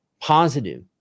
positive